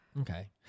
Okay